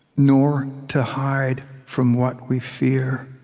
nor to hide from what we fear